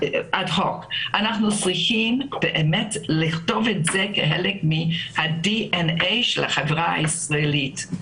אנחנו צריכים לכתוב את זה כחלק מהDNA של החברה הישראלית,